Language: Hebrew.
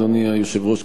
אדוני היושב-ראש,